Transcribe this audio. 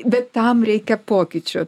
bet tam reikia pokyčių